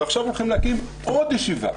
עכשיו הולכים להקים עוד ישיבה.